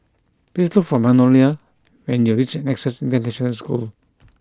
please look for Manuela when you reach Nexus International School